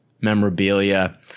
memorabilia